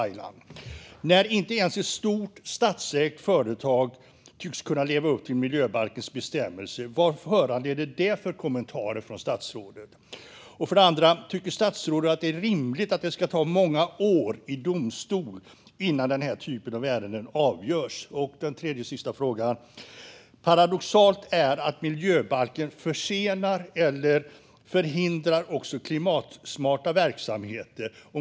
För det första: När inte ens ett stort statsägt företag tycks kunna leva upp till miljöbalkens bestämmelser - vad föranleder det för kommentarer från statsrådet? För det andra: Tycker statsrådet att det är rimligt att det ska ta många år i domstol innan den här typen av ärenden avgörs? För det tredje: Paradoxalt är att miljöbalken försenar eller förhindrar också klimatsmarta verksamheter.